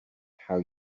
how